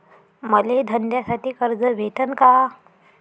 मले धंद्यासाठी कर्ज भेटन का?